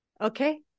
Okay